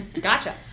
gotcha